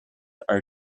are